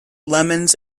lemons